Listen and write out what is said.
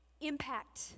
impact